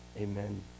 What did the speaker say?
Amen